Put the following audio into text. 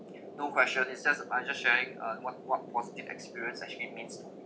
no question is just I'm just sharing uh what what positive experience actually means to me